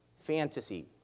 Fantasy